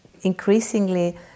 increasingly